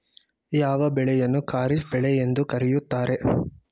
ಯಾವ ಬೆಳೆಯನ್ನು ಖಾರಿಫ್ ಬೆಳೆ ಎಂದು ಕರೆಯುತ್ತಾರೆ?